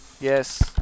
Yes